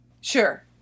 Sure